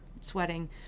sweating